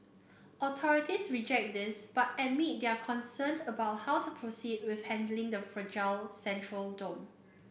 authorities reject this but admit they are concerned about how to proceed with handling the fragile central dome